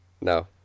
No